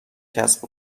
کسب